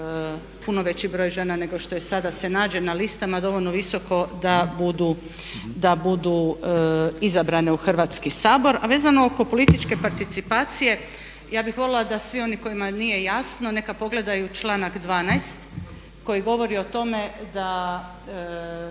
puno veći broj žena nego što je sada se nađe na listama dovoljno visoko da budu izabrane u Hrvatski sabor. A vezano oko političke participacije, ja bih voljela da svi oni kojima nije jasno neka pogledaju članak 12 koji govori o tome da